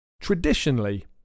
Traditionally